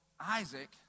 Isaac